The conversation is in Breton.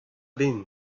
benn